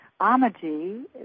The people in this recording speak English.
Amaji